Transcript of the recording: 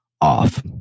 off